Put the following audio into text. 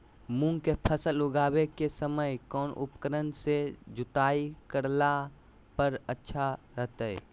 मूंग के फसल लगावे के समय कौन उपकरण से जुताई करला पर अच्छा रहतय?